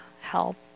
help